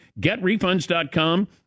GetRefunds.com